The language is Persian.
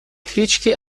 هیچکی